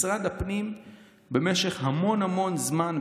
משרד הפנים במשך המון המון זמן,